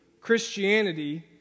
Christianity